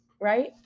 right